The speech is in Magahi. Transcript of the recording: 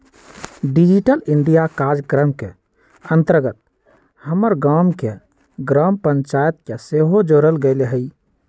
डिजिटल इंडिया काजक्रम के अंतर्गत हमर गाम के ग्राम पञ्चाइत के सेहो जोड़ल गेल हइ